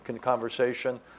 conversation